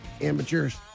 amateurs